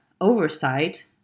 oversight